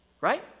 right